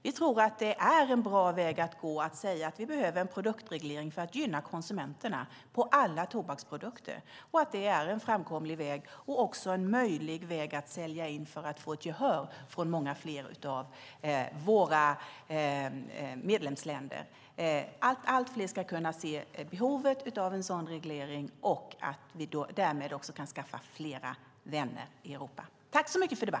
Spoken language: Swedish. Vi tror att det är en bra väg att gå att säga att vi behöver en produktreglering i fråga om alla tobaksprodukter för att gynna konsumenterna. Vi tror att det är en framkomlig väg och också en möjlig väg att sälja in för att få ett gehör från många fler av medlemsländerna och att allt fler ska kunna se behovet av en sådan reglering och att vi därmed också kan skaffa fler vänner i Europa.